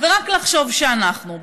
רק לחשוב שאנחנו,